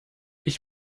ich